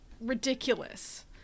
ridiculous